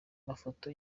mafoto